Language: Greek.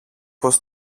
πως